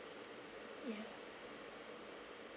ya